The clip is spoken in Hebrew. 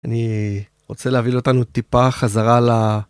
אני... רוצה להביא אותנו, טיפה חזרה ל...